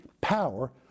power